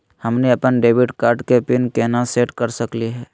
हमनी अपन debit card के पीन केना सेट कर सकली हे?